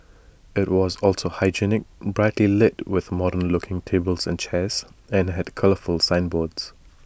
IT was also hygienic brightly lit with modern looking tables and chairs and had colourful signboards